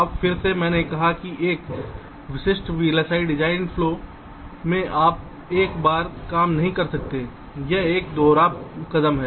अब फिर से मैंने कहा है कि एक विशिष्ट वीएलएसआई डिज़ाइन प्रवाह में आप एक बार में काम नहीं कर सकते यह एक दोहरावदार कदम है